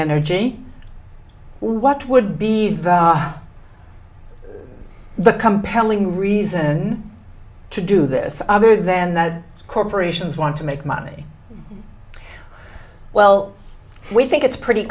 energy what would be the the compelling reason to do this other than that corporations want to make money well we think it's pretty